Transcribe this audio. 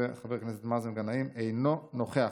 חבר הכנסת סמי אבו שחאדה, אינו נוכח,